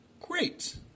great